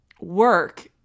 work